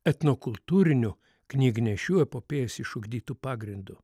etnokultūrinių knygnešių epopėjos išugdytu pagrindu